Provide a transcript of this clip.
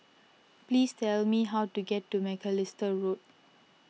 please tell me how to get to Macalister Road